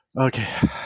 okay